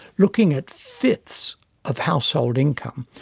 looking at fifths of household income,